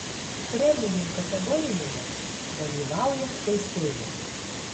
premium kategorijoje dalyvauja teisėjai